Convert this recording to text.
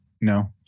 No